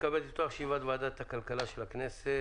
אני מתכבד לפתוח את ישיבת ועדת הכלכלה של הכנסת.